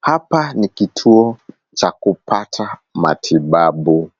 Hapa ni kituo cha kupata matibabu.